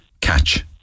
catch